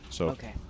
Okay